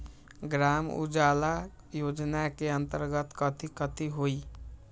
ग्राम उजाला योजना के अंतर्गत कथी कथी होई?